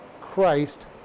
Christ